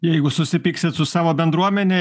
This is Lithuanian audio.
jeigu susipyksit su savo bendruomene